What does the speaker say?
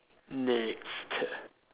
next